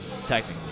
technically